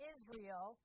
Israel